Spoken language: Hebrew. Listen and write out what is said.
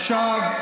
עכשיו,